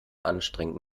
anstrengend